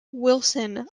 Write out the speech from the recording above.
wilson